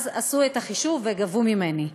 עשו את החישוב וגבו ממני.